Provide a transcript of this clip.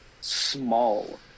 small